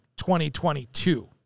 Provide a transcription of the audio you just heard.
2022